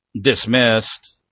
dismissed